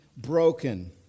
broken